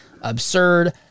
absurd